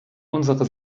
unsere